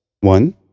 One